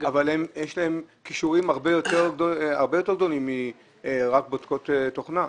כישורים הרבה יותר גבוהים מאשר רק בודקות תוכנה.